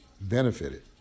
benefited